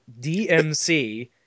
DMC